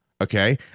Okay